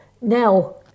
Now